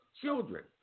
children